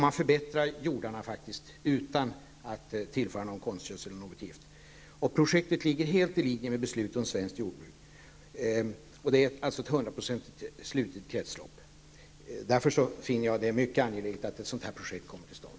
Man förbättrar faktiskt jordarna utan att tillföra någon konstgödsel eller något gift. Projektet ligger helt i linje med beslutet om svenskt jordbruk. Det är alltså ett hundraprocentigt slutet kretslopp. Därför finner jag det mycket angeläget att ett sådant projekt kommer till stånd.